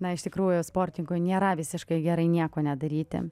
na iš tikrųjų sportininkui nėra visiškai gerai nieko nedaryti